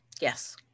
Yes